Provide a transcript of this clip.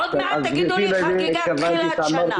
עוד מעט תגידו לי חגיגת תחילת שנה